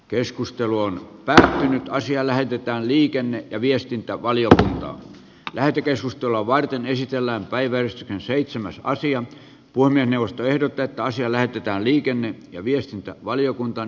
keskustelu on väsähtänyt asia lähetetään liikenne ja viestintä valiota lähetekeskustelua varten esitellään päivän seitsemäs aasian puhemiesneuvosto ehdottaa että asia lähetetään liikenne ja viestintävaliokuntaan